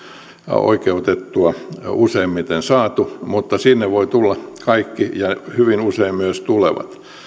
oikeutetusti useimmiten saatua sinne voivat tulla kaikki ja hyvin usein myös tulevat